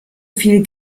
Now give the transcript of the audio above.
viel